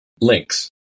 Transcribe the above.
links